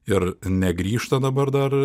ir negrįžta dabar dar